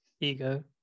ego